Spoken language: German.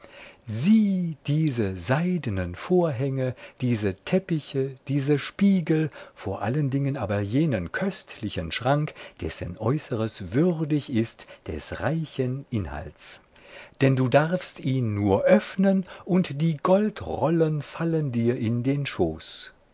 sieh diese seidnen vorhänge diese teppiche diese spiegel vor allen dingen aber jenen köstlichen schrank dessen äußeres würdig ist des reichen inhalts denn du darfst ihn nur öffnen und die goldrollen fallen dir in den schoß